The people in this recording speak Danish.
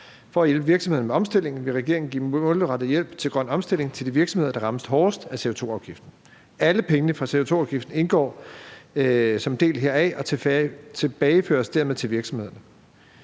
For at hjælpe virksomhederne med omstillingen vil regeringen give dem målrettet hjælp til grøn omstilling til de virksomheder, der rammes hårdest af CO2-afgiften. Alle pengene fra CO2-afgiften indgår som en del heraf og tilbageføres dermed til virksomhederne.